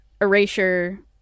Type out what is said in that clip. erasure